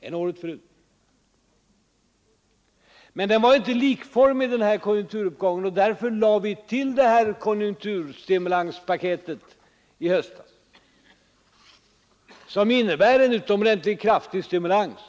Men konjunkturuppgången var inte likformig, och därför lade vi till det där konjunkturstimulanspaketet i höstas, som innebär en utomordentligt kraftig stimulans.